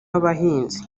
abahinzi